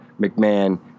McMahon